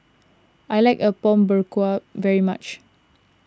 I like Apom Berkuah very much